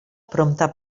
prompte